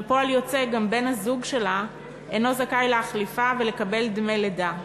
וכפועל יוצא גם בן-הזוג שלה אינו זכאי להחליפה ולקבל דמי לידה.